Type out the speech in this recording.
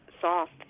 soft